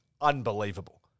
unbelievable